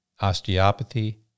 Osteopathy